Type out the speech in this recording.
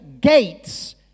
gates